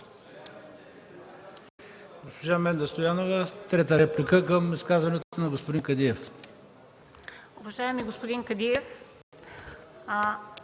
Госпожа Менда Стоянова – трета реплика към изказването на господин Кадиев.